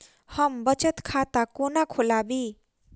हम बचत खाता कोना खोलाबी?